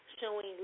showing